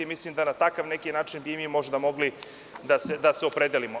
Mislim da na takav neki način bi i mi možda mogli da se opredelimo.